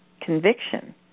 conviction